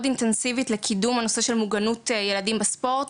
אינטנסיבית לקידום הנושא של מוגנות ילדים בספורט,